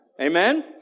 Amen